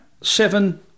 seven